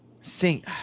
Sing